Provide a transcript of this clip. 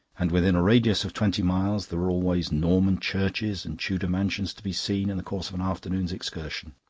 and within a radius of twenty miles there were always norman churches and tudor mansions to be seen in the course of an afternoon's excursion.